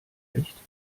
recht